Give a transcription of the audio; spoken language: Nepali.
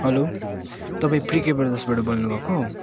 हलो तपाईँ प्रिके ब्रदर्सबाड बोल्नु भएको